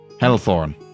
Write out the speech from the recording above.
hellthorn